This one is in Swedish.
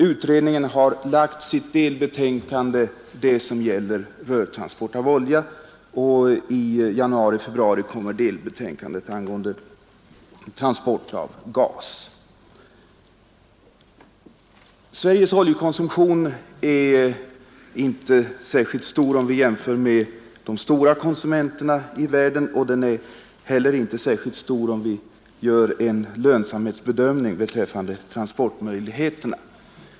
Utredningen har framlagt sitt delbetänkande om rörtransport av olja, och i januari eller februari kommer delbetänkandet angående transport av gas. Sveriges oljekonsumtion är inte särskilt stor om vi jämför oss med de stora konsumenterna i världen, och den är heller inte särskilt stor om vi gör en lönsamhetsbedömning beträffande transportmöjligheterna.